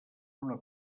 una